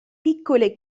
piccole